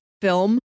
film